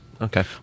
Okay